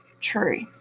true